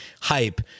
hype